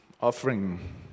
offering